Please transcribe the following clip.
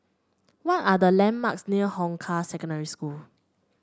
what are the landmarks near Hong Kah Secondary School